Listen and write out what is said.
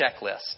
checklist